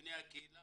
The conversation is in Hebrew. לבני הקהילה